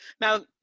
Now